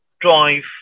drive